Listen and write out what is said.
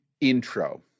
intro